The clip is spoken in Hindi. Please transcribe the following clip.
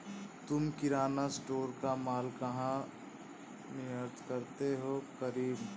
तुम किराना स्टोर का मॉल कहा निर्यात करते हो करीम?